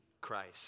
Christ